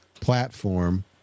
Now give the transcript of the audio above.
platform